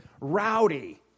rowdy